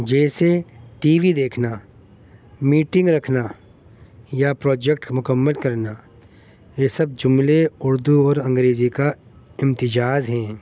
جیسے T V دیکھنا meeting رکھنا یا پروجیکٹ مکمل کرنا یہ سب جملے اردو اور انگریزی کا امتجاز ہیں